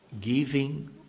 giving